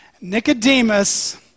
Nicodemus